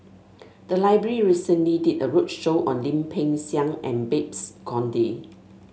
the library recently did a roadshow on Lim Peng Siang and Babes Conde